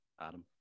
Adam